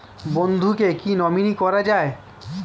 বন্ধুকে কী নমিনি করা যায়?